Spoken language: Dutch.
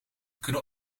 kunnen